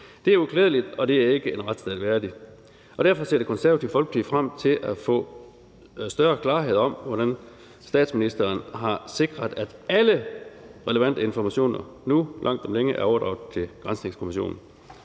Det er uklædeligt, og det er ikke en retsstat værdigt. Derfor ser Det Konservative Folkeparti frem til at få større klarhed over, hvordan statsministeren har sikret, at alle relevante informationer nu langt om længe er overdraget til granskningskommissionen.